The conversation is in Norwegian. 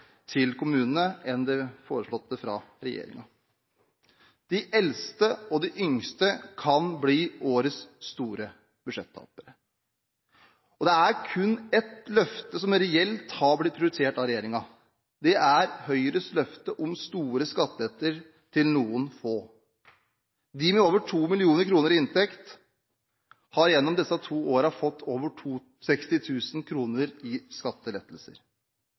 til kommunene enn foreslått fra regjeringen. De eldste og de yngste kan bli årets store budsjettapere. Det er kun ett løfte som reelt har blitt prioritert av regjeringen, og det er Høyres løfte om store skattelettelser til noen få. De med over 2 mill. kr i inntekt har gjennom disse to årene fått over 60 000 kr i skattelettelser.